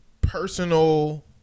personal